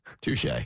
Touche